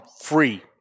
free